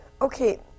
Okay